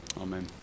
Amen